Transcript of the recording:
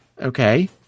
Okay